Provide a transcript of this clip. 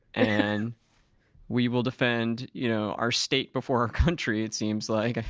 and we will defend you know our state before our country, it seems like, ah